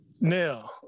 Now